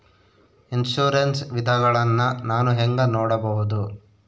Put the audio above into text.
Insurance ವಿಧಗಳನ್ನ ನಾನು ಹೆಂಗ ನೋಡಬಹುದು?